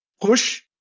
push